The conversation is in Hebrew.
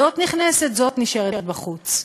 זאת נכנסת, זאת נשארת בחוץ.